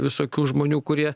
visokių žmonių kurie